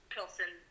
Pilsen